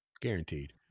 guaranteed